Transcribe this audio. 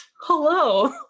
hello